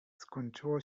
skończyło